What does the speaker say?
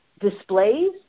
displays